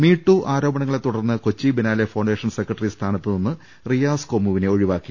me too ആരോപണങ്ങളെ തുടർന്ന് Kochi biennale foundation secretary സ്ഥാനത്ത് നിന്ന് റിയാസ് കോമുവിനെ ഒഴിവാക്കി